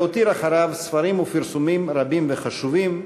והותיר אחריו ספרים ופרסומים רבים וחשובים.